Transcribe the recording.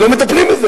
ולא מטפלים.